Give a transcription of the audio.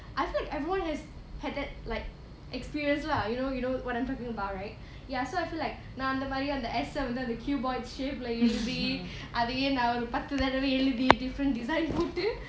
I felt that everyone has had that like experience lah you know you know what I'm talking about right ya so I feel like நா அந்தமாரி அந்த:na andhamaari andha S eh வந்து அந்த:vandhu andha cuboid shape lah எழுதி அதையே நா ஒரு பத்து தடவ எழுதி:ezhudhi adhaiye naa oru patthu thadava ezhudhi different design போட்டு:pottu